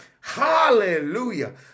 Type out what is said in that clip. hallelujah